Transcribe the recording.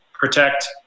protect